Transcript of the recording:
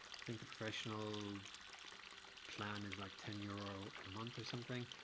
i think the professional plan is like ten euro a month or something.